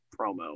promo